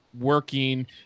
working